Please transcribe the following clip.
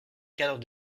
cadre